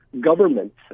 governments